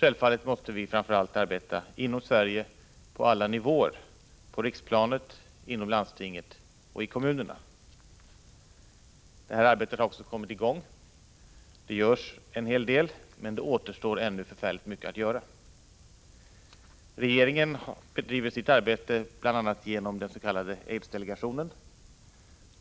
Men självfallet måste vi framför allt arbeta inom Sverige på alla nivåer: på riksplanet, inom landstingen och i kommunerna. Det arbetet har också kommit i gång. Det görs en hel del, men oerhört mycket återstår att göra. Regeringen bedriver sitt arbete bl.a. genom den s.k. aidsdelegationen,